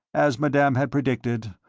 as madame had predicted,